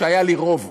שהיה לי רוב,